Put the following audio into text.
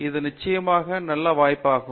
இது நிச்சயமாக நல்ல வாய்ப்பாகும்